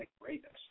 greatness